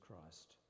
Christ